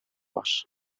var